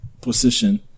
position